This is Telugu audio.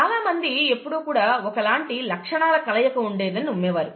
చాలామంది ఎప్పుడూ కూడా ఒకలాంటి లక్షణాల కలయిక ఉందని నమ్మేవారు